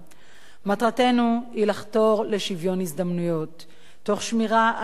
מטרתנו היא לחתור לשוויון הזדמנויות תוך שמירה על מצוינות